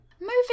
Moving